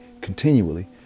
continually